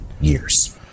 years